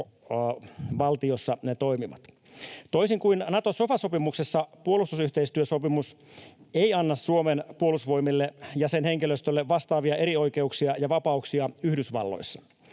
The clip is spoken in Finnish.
Toisin kuin Nato-sofa-sopimus, puolustusyhteistyösopimus ei anna Suomen puolustusvoimille ja sen henkilöstölle vastaavia erioikeuksia ja -vapauksia Yhdysvalloissa.